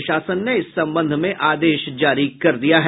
प्रशासन ने इस संबंध में ओदश जारी कर दिया है